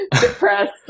depressed